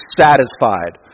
satisfied